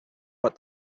but